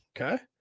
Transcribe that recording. Okay